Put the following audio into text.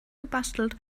gebastelt